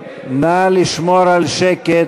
נא לשמור על שקט.